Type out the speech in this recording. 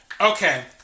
Okay